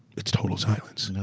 it's total silence.